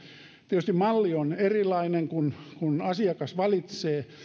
tietysti malli on erilainen kun kun asiakas valitsee